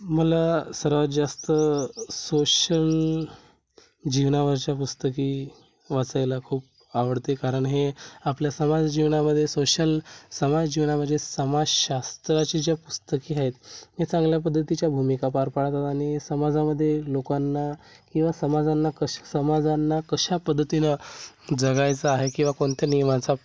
मला सर्वात जास्त सोशल जीवनावरच्या पुस्तके वाचायला खूप आवडते कारण हे आपल्या समाज जीवनामध्ये सोशल समाज जीवनामध्ये समाजशास्त्राची ज्या पुस्तके आहेत हे चांगल्या पद्धतीच्या भूमिका पार पाडतात आणि समाजामध्ये लोकांना किंवा समाजांना कशा समाजांना कशा पद्धतीनं जगायचं आहे किंवा कोणत्या नियमाचा